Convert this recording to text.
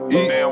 eat